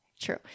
true